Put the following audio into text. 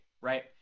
right